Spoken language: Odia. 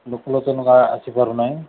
ଲୋକ ଲୋଚନକୁ ଆସି ପାରୁନାହିଁ